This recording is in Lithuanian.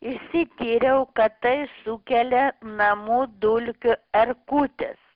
išsityriau kad tai sukelia namų dulkių erkutės